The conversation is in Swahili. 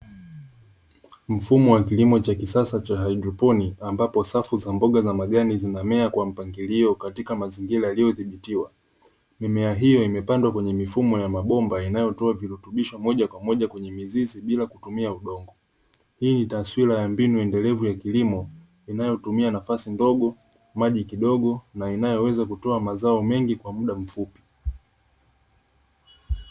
Mfumo wa kilimo cha kisasa cha haidroponi, ambapo safu za mboga za majani zinamea kwa mpangilio katika mazingira yaliyodhibitiwa, mimea hiyo imepandwa kwenye mfumo wa mabomba inayotoa virutubisho moja kwa moja kwenye mizizi bila kutumia udongo, hii ni taswura ya mbinu endelevu ya kilimo inayotumia nafasi ndogo, maji kidogo na inayoweza kutoa mazao mengi kwa muda mfupi.